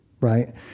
Right